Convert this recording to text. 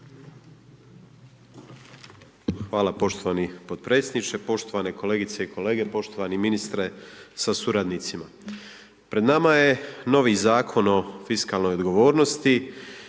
Hvala poštovani podpredsjedniče, poštovane kolegice i kolege, poštovani ministre sa suradnicima. Pred nama je novi Zakon o fiskalnoj odgovornosti